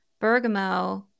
bergamot